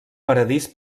paradís